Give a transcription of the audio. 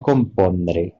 compondre